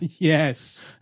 Yes